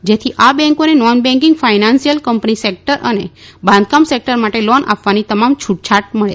જેથી આ બેંકોને નોનબેંકીંગ ફાયનાનસીયલ કમ્પની સેકટર અને બાંધકામ સેકટર માટે લોન આપવાની તમામ છુટછાઠ મળે